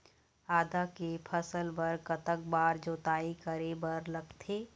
आदा के फसल बर कतक बार जोताई करे बर लगथे?